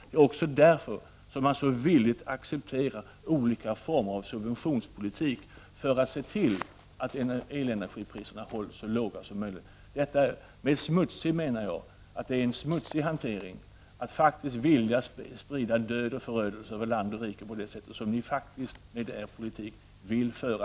Det är också därför som man så villigt accepterar olika former av subventionspolitik, för att se till att elenergipriserna hålls så låga som möjligt. Jag menar att det är en smutsig hantering att vilja sprida död och förödelse över land och rike på det sätt som ni faktiskt med er politik vill göra.